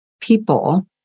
people